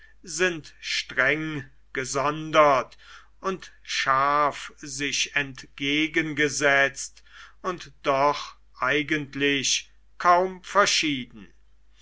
sind streng gesondert und scharf sich entgegengesetzt und doch eigentlich kaum verschieden